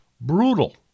Brutal